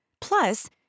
Plus